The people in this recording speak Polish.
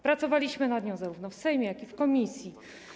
Pracowaliśmy nad nią zarówno w Sejmie, jak i w komisji.